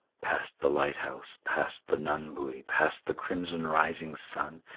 past the lighthouse, past the nunbuoy, past the crimson rising sun,